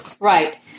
Right